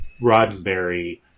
Roddenberry